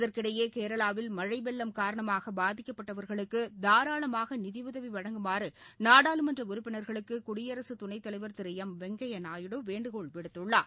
இதற்கிடையே கேரளாவில் மழழ வெள்ளம் காரணமாக பாதிக்கப்பட்டுள்ளவர்களுக்கு தாராளமாக நிதியுதவி வழங்குமாறு நாடாளுமன்ற உறுப்பினர்களுக்கு குடியரக துணைத் தலைவர் திரு எம் வெங்கைய்யா நாயடு வேண்டுகோள் விடுத்துள்ளார்